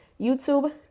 YouTube